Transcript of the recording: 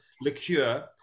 liqueur